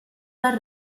dal